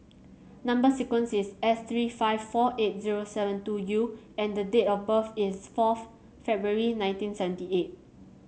number sequence is S three five four eight zero seven two U and the date of birth is fourth February nineteen seventy eight